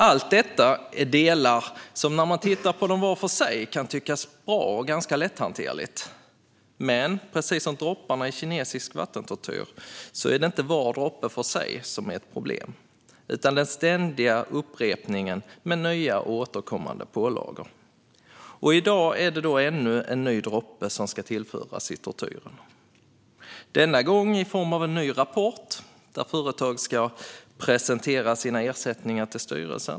Allt detta är delar som var för sig kan tyckas bra och ganska lätthanterliga, men precis som med dropparna i kinesisk vattentortyr är det inte varje del för sig som är ett problem, utan det är den ständiga upprepningen med nya och återkommande pålagor. I dag är det alltså ännu en droppe som ska tillföras i tortyren, denna gång i form av en ny rapport där företag ska presentera sina styrelseersättningar.